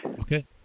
Okay